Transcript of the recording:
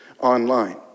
online